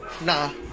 Nah